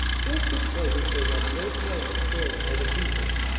just at present they had no time to spare on other people.